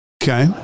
Okay